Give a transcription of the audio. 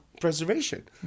Preservation